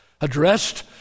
addressed